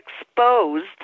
exposed